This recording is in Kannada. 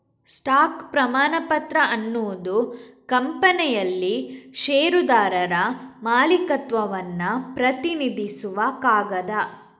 ಸ್ಟಾಕ್ ಪ್ರಮಾಣಪತ್ರ ಅನ್ನುದು ಕಂಪನಿಯಲ್ಲಿ ಷೇರುದಾರರ ಮಾಲೀಕತ್ವವನ್ನ ಪ್ರತಿನಿಧಿಸುವ ಕಾಗದ